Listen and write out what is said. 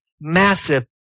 massive